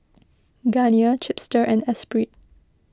Garnier Chipster and Espirit